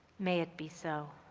may it be so.